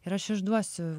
ir aš išduosiu